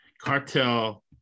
cartel